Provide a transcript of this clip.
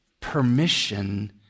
permission